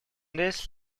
this